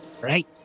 right